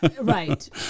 Right